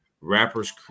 Rappers